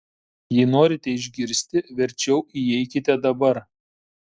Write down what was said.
jei norite išgirsti verčiau įeikite dabar